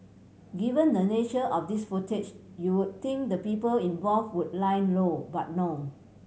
given the nature of this footage you'll think the people involved would lie low but no